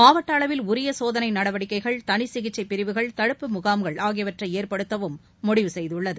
மாவட்ட அளவில் உரிய சோதனை நடவடிக்கைகள் தனி சிகிச்சைப் பிரிவுகள் தடுப்பு முகாம்கள் ஆகியவற்றை ஏற்படுத்தவும் முடிவு செய்துள்ளது